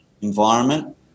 environment